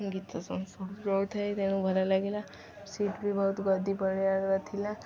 ଗୀତ ଶୁଣି ଶୁଣି ସବୁ ରହୁଥାଏ ତେଣୁ ଭଲ ଲାଗିଲା ସିଟ୍ ବି ବହୁତ ଗଦି ପରିକା ଥିଲା